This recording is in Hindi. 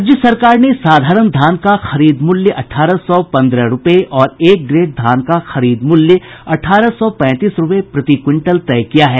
राज्य सरकार ने साधारण धान का खरीद मूल्य अठारह सौ पंद्रह रूपये और ए ग्रेड धान का खरीद मूल्य अठारह सौ पैंतीस रूपये प्रति क्विंटल तय किया है